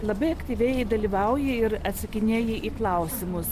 labai aktyviai dalyvauji ir atsakinėji į klausimus